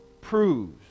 proves